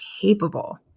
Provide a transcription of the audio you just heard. capable